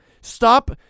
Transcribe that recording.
Stop